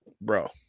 bro